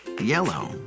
Yellow